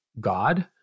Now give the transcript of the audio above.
God